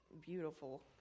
beautiful